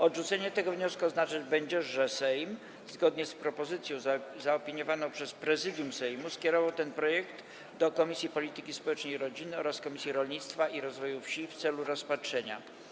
Odrzucenie tego wniosku oznaczać będzie, że Sejm, zgodnie z propozycją zaopiniowaną przez Prezydium Sejmu, skierował ten projekt do Komisji Polityki Społecznej i Rodziny oraz Komisji Rolnictwa i Rozwoju Wsi w celu rozpatrzenia.